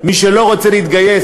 ומי שלא רוצה להתגייס,